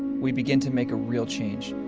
we begin to make a real change,